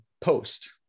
post